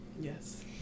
Yes